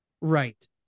Right